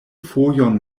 fojon